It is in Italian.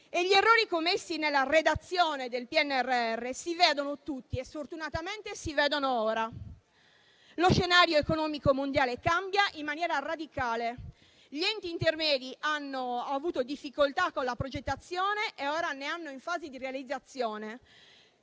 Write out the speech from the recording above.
e gli errori commessi nella redazione del PNRR si vedono tutti e sfortunatamente si vedono ora. Lo scenario economico mondiale cambia in maniera radicale. Gli enti intermedi hanno avuto difficoltà con la progettazione e ora ne hanno in fase di realizzazione